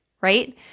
right